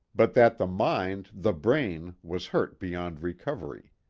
but that the mind, the brain, was hurt beyond recovery.